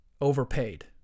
overpaid